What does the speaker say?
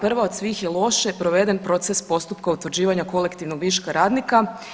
Prvo od svih je loše proveden proces postupka utvrđivanja kolektivnog viška radnika.